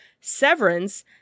Severance